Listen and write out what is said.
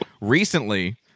Recently